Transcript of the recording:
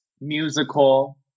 musical